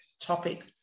topic